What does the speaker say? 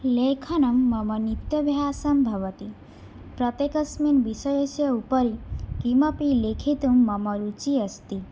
लेखनं मम नित्याभ्यासं भवति प्रत्येकस्मिन् विषयस्य उपरि किमपि लेखितुं मम रुचिः अस्ति